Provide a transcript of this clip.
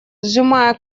сжимая